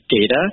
data